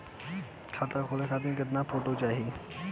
खाता खोले खातिर केतना फोटो चाहीं?